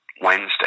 Wednesday